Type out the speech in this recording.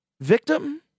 Victim